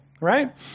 right